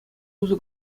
усӑ